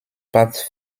part